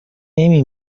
نمی